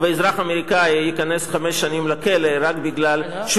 ואזרח אמריקני ייכנס חמש שנים לכלא רק כי הוא